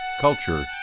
culture